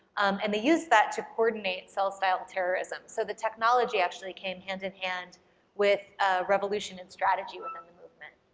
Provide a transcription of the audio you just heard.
and they used that to coordinate cell-style terrorism so the technology actually came hand-in-hand with revolution and strategy within the movement.